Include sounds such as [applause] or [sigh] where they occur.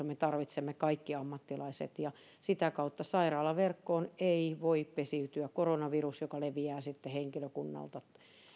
[unintelligible] me tarvitsemme kaikki ammattilaiset ja sitä kautta sairaalaverkkoon ei voi pesiytyä koronavirus joka leviää sitten